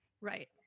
Right